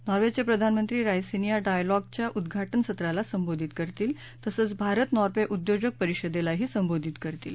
नॉवेंच्या प्रधानमंत्री राईसिनिया डायलॉगच्या उद्घाटन सत्राला संबोधित करतील तसंच भारत नॉर्वे उद्योजक परिषदेलाही संबोधित करतील